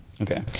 Okay